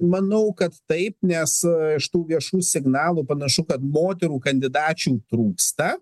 manau kad taip nes iš tų viešų signalų panašu kad moterų kandidačių trūksta